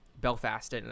Belfast